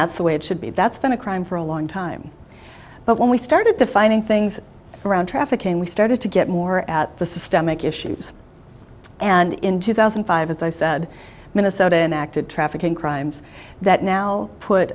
that's the way it should be that's been a crime for a long time but when we started defining things around trafficking we started to get more at the systemic issues and in two thousand and five as i said minnesota enacted trafficking crimes that now put